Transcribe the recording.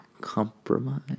Compromise